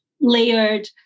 layered